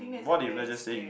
what if let's just say you